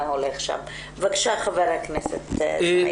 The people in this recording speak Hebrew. בבקשה, חבר הכנסת אלחרומי.